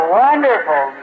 wonderful